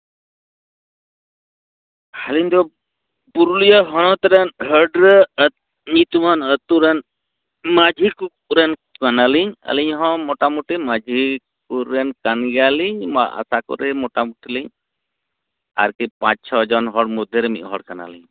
ᱟᱞᱤᱧ ᱫᱚ ᱯᱩᱨᱩᱞᱤᱭᱟᱹ ᱦᱚᱱᱚᱛ ᱨᱮᱱ ᱦᱟᱹᱰᱨᱟᱹ ᱧᱩᱛᱩᱢᱟᱱ ᱟᱛᱳ ᱨᱮᱱ ᱢᱟᱹᱡᱷᱤ ᱠᱚ ᱠᱚᱨᱮᱱ ᱠᱟᱱᱟᱞᱤᱧ ᱟᱹᱞᱤᱧ ᱦᱚᱸ ᱢᱚᱴᱟᱢᱩᱴᱤ ᱢᱟᱹᱡᱷᱤ ᱥᱩᱨ ᱨᱮᱱ ᱠᱟᱱ ᱜᱮᱭᱟᱞᱤᱧ ᱢᱟ ᱟᱥᱟ ᱠᱚᱨᱮ ᱢᱚᱴᱟᱢᱩᱴᱤᱞᱤᱧ ᱟᱨᱠᱤ ᱯᱟᱸᱪ ᱪᱷᱚ ᱡᱚᱱ ᱦᱚᱲ ᱢᱚᱫᱽᱫᱷᱮ ᱨᱮ ᱢᱤᱫ ᱦᱚᱲ ᱠᱟᱱᱟᱞᱤᱧ